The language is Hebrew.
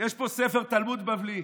יש פה ספר תלמוד בבלי.